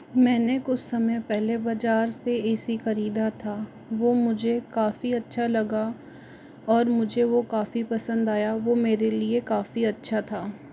मैंने कुछ समय पहले बाज़ार से ए सी ख़रीदा था वह मुझे काफ़ी अच्छा लगा और मुझे वह काफ़ी पसंद आया वह मेरे लिए काफ़ी अच्छा था